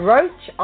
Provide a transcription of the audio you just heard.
Roach